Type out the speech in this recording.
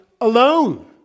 alone